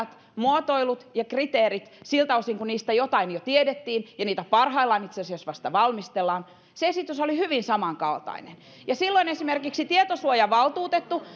muotoilut ja kriteerit siltä osin kuin niistä jotain jo tiedettiin ja niitä parhaillaan itse asiassa vasta valmistellaan olivat hyvin samankaltaisia silloin esimerkiksi tietosuojavaltuutettu